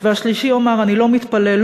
והשלישי יאמר: אני לא מתפלל,